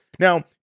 Now